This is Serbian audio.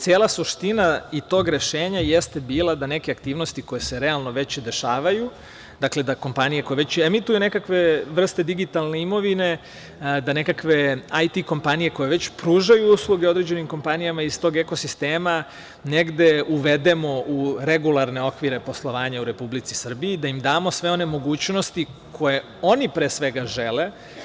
Cela suština i tog rešenja jeste bila da neke aktivnosti koje se realno već dešavaju, dakle, da kompanije koje već emituju nekakve vrste digitalne imovine, da nekakve IT kompanije koje već pružaju usluge određenim kompanijama iz tog ekosistema negde uvedemo u regularne okvire poslovanja u Republici Srbiji, da im damo sve one mogućnosti koje oni, pre svega, žele.